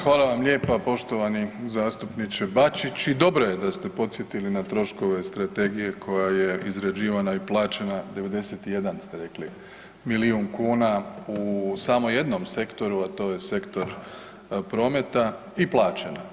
Hvala vam lijepa poštovani zastupniče Bačić i dobro je da ste podsjetili na troškove strategije koja je izrađivana i plaćena 91, ste rekli, milijun kuna u samo jednom sektoru, a to je sektor prometa i plaćena.